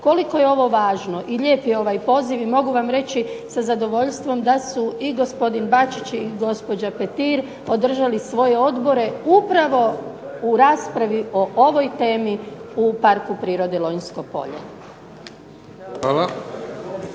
Koliko je ovo važno i lijep je ovaj poziv i mogu vam reći sa zadovoljstvom da su i gospodin Bačić i gospođa Petir održali svoje odbore upravo u raspravi o ovoj temi u Parku prirode Lonjsko polje.